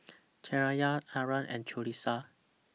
Cahaya Aaron and Qalisha